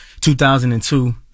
2002